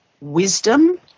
wisdom